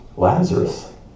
Lazarus